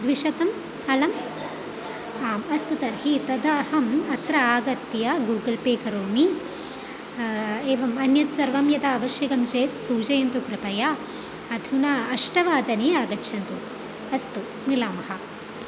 द्विशतम् अलम् आम् अस्तु तर्हि तदा अहम् अत्र आगत्य गूगल् पे करोमि एवम् अन्यत् सर्वं यदावश्यकं चेत् सूचयन्तु कृपया अधुना अष्टवादने आगच्छन्तु अस्तु मिलामः